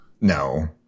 No